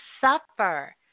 suffer